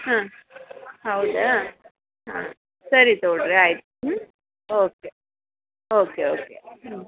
ಹಾಂ ಹೌದ ಹಾಂ ಸರಿ ತೊಗೊಳಿ ರೀ ಐತ ಹ್ಞೂ ಓಕೆ ಓಕೆ ಓಕೆ ಹ್ಞೂ